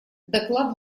доклад